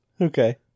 Okay